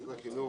משרד החינוך.